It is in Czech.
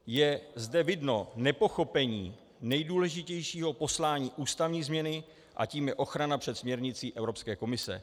Je zde vidno nepochopení nejdůležitějšího poslání ústavní změny a tím je ochrana před směrnicí Evropské komise.